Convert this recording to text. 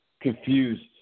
confused